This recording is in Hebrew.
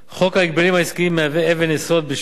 חוק ההגבלים העסקיים מהווה אבן יסוד בשמירה